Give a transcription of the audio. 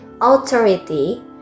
authority